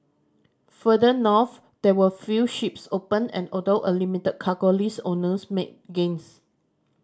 further north there were few ships open and although a limited cargo list owners made gains